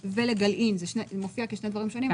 ולגלעין זה מופיע כשני דברים שונים.